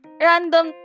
random